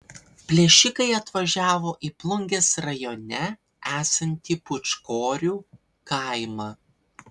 plėšikai atvažiavo į plungės rajone esantį pūčkorių kaimą